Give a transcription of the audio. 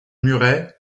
murray